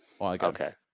okay